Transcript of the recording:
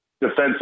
defensive